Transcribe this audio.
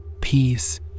peace